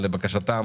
לבקשתם